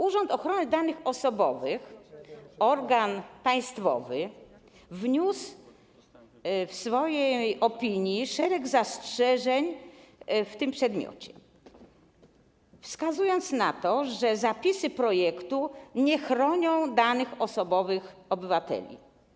Urząd Ochrony Danych Osobowych, organ państwowy, wniósł w swojej opinii szereg zastrzeżeń w tym przedmiocie, wskazując na to, że zapisy projektu nie chronią danych osobowych obywateli.